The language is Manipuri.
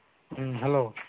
ꯎꯝ ꯍꯂꯣ